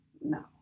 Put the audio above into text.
No